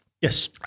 Yes